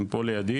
הם פה לידי.